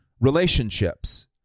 relationships